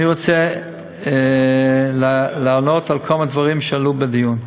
אני רוצה לענות על כמה דברים שעלו בדיון.